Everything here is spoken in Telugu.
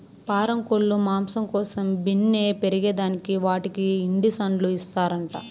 పారం కోల్లు మాంసం కోసం బిన్నే పెరగేదానికి వాటికి ఇండీసన్లు ఇస్తారంట